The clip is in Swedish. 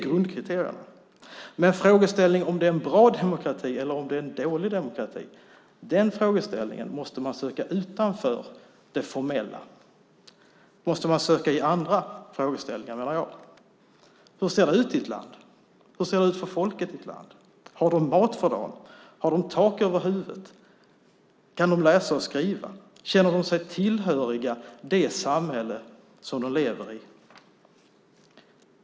Svaret på frågan om det är en bra eller en dålig demokrati måste man dock söka utanför det formella. Det måste man söka med andra frågor. Hur ser det ut för folket i ett land? Har de mat för dagen? Har de tak över huvudet? Kan de läsa och skriva? Känner de tillhörighet med det samhälle de lever i?